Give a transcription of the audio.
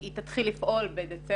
היא תתחיל לפעול בסוף החודש.